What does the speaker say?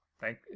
Thank